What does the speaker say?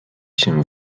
się